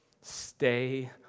Stay